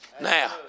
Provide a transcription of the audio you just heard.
Now